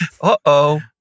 Uh-oh